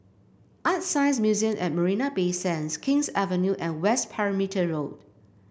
ArtScience Museum at Marina Bay Sands King's Avenue and West Perimeter Road